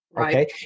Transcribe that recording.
okay